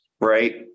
right